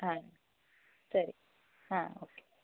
ಹಾಂ ಸರಿ ಹಾಂ ಓಕೆ